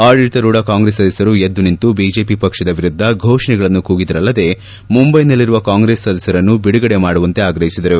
ಆಡಳಿತರೂಢ ಕಾಂಗ್ರೆಸ್ ಸದಸ್ಥರು ಎದ್ದು ನಿಂತು ಬಿಜೆಪಿ ಪಕ್ಷದ ವಿರುದ್ದ ಘೋಷಣೆಗಳನ್ನು ಕೂಗಿದರಲ್ಲದೆ ಮುಂಬೈನಲ್ಲಿರುವ ಕಾಂಗ್ರೆಸ್ ಸದಸ್ಕರನ್ನು ಬಿಡುಗಡೆ ಮಾಡುವಂತೆ ಆಗ್ರಹಿಸಿದರು